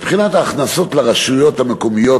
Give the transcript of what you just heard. מבחינת ההכנסות לרשויות המקומיות,